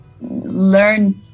learn